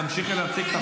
תמשיכי להציג את החוק.